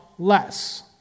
less